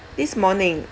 this morning